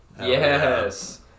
Yes